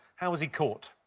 how was he caught?